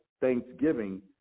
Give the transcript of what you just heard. thanksgiving